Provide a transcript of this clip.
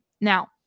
Now